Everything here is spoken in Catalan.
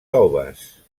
toves